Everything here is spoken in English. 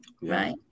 right